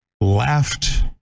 laughed